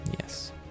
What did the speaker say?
Yes